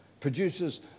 produces